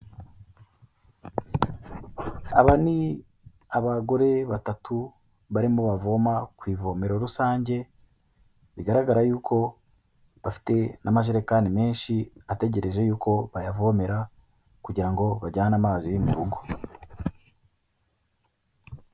Aba ni abagore batatu barimo bavoma ku ivomero rusange bigaragara yuko bafite n'amajerekani menshi ategereje yuko bayavomera kugira ngo bajyane amazi mu rugo.